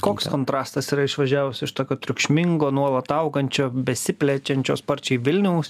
koks kontrastas yra išvažiavus iš tokio triukšmingo nuolat augančio besiplečiančio sparčiai vilniaus